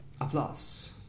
Applause